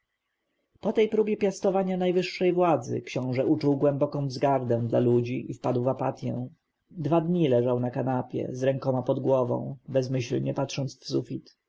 po tej próbie piastowania najwyższej władzy książę uczuł głęboką wzgardę dla ludzi i wpadł w apatję dwa dni leżał na kanapie z rękoma pod głową bezmyślnie patrząc w sufit